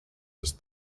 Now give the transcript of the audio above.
his